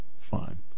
Fine